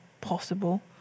possible